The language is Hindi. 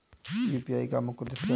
यू.पी.आई का मुख्य उद्देश्य क्या है?